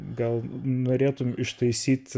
gal norėtum ištaisyt